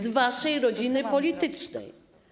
Z waszej rodziny politycznej.